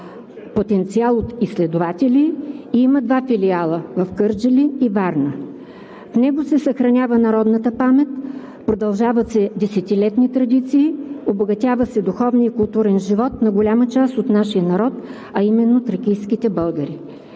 потенциал от изследователи и има два филиала – в Кърджали и във Варна. В него се съхранява народната памет, продължават се десетилетни традиции, обогатява се духовният и културен живот на голяма част от нашия народ, а именно тракийските българи.